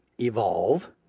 evolve